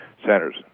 centers